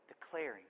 declaring